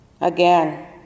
Again